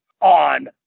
on